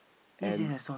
and